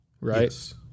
right